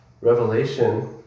revelation